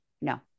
No